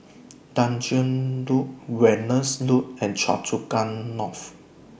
Tanjong Rhu Venus Road and Choa Chu Kang North